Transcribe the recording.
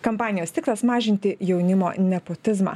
kampanijos tikslas mažinti jaunimo nepotizmą